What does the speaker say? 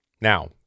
Now